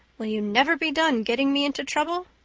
will you never be done getting me into trouble?